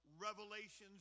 revelations